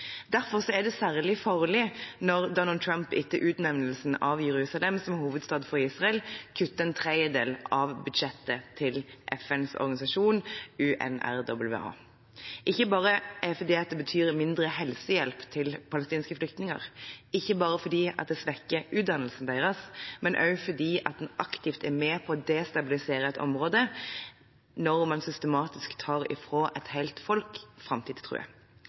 Derfor er det særlig farlig når Donald Trump, etter utnevnelsen av Jerusalem som hovedstad i Israel, kutter en tredjedel av budsjettet til FNs organisasjon UNRWA – ikke bare fordi det betyr mindre helsehjelp til palestinske flyktninger, ikke bare fordi det svekker utdannelsen deres, men også fordi en aktivt er med på å destabilisere et område når man systematisk tar fra et helt folk framtidstroen. Jeg